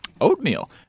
Oatmeal